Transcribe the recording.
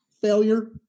failure